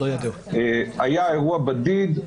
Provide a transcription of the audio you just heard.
היה אירוע בודד,